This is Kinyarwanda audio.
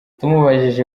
tumubajije